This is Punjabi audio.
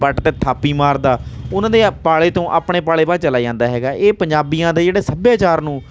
ਪੱਟ 'ਤੇ ਥਾਪੀ ਮਾਰਦਾ ਉਹਨਾਂ ਦੇ ਆ ਪਾਲੇ ਤੋਂ ਆਪਣੇ ਪਾਲੇ ਵੱਲ ਚਲਾ ਜਾਂਦਾ ਹੈਗਾ ਇਹ ਪੰਜਾਬੀਆਂ ਦੇ ਜਿਹੜੇ ਸੱਭਿਆਚਾਰ ਨੂੰ